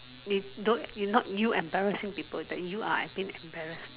need don't is you not embarrassing people that you are as in embarrassed